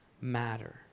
matter